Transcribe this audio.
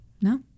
No